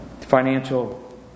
financial